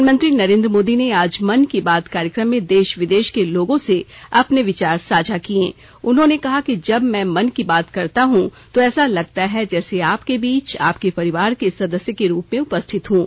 प्रधानमंत्री नरेंद्र मोदी ने आज मन की बात कार्यक्रम में देश विदेश के लोगों से अपने विचार साझा कियें उन्होंने कहा कि जब मैं मन की बात करता हूं तो ऐसा लगता है जैसे आपके बीच आपके परिवार के सदस्य के रूप में उपस्थित हूं